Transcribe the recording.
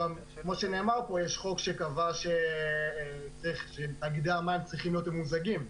יש חוק שקבע שתאגידי המים צריכים להיות ממוזגים.